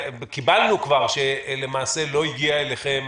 קיבלנו כבר תשובה שלמעשה לא הגיע אליכם